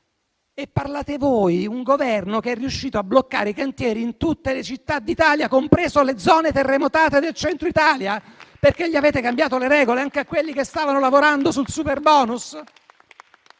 parte di un Governo che è riuscito a bloccare i cantieri in tutte le città d'Italia, comprese le zone terremotate del Centro Italia, perché avete cambiato le regole anche a quelli che stavano lavorando sul superbonus?